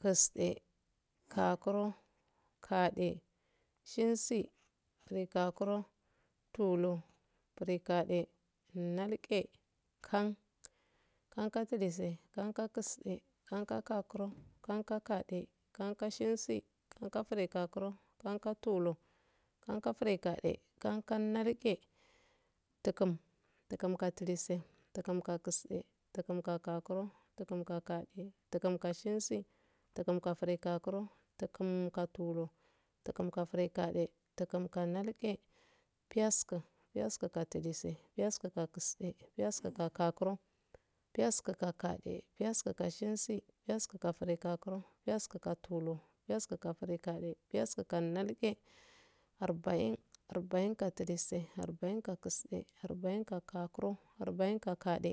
Kisde gakuro gade shensi grigakuro tulur gidag nalge kan kanktlise kankakisde knkagukuro kankagadekankashensi kanka grigokuro kanka tulur kankagrigade kankanalge tukum tukumktlise tukumkakiste tukumkagrigokuro tukumka tulur tukumka grigade tukumka nalge piyasku piyaskukatlise piyaskukiste piyaskukgakumo piyaskukagade piyaskuka shensi piyaskuka grigokuro piyasku ka tukur piyasku ka grigade piyaskuka nalge arbain arbain kalise arbain kakisde arbain kagakurokagade